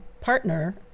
partner